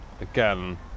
Again